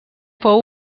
fou